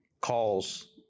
calls